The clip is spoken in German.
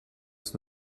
ist